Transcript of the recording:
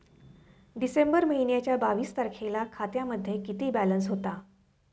डिसेंबर महिन्याच्या बावीस तारखेला खात्यामध्ये किती बॅलन्स होता?